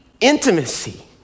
intimacy